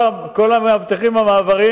כל המאבטחים במעברים